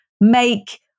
make